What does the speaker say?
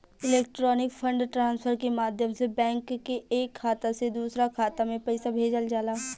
electronic fund transfer के माध्यम से बैंक के एक खाता से दूसरा खाता में पईसा भेजल जाला